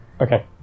okay